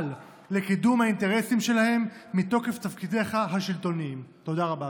לקידום האינטרסים שלהם מתוקף תפקידך השלטוניים." תודה רבה,